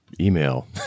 email